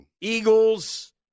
Eagles